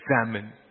examine